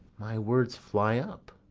my words fly up,